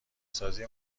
سازی